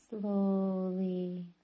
slowly